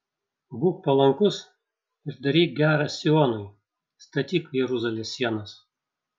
būk palankus ir daryk gera sionui statyk jeruzalės sienas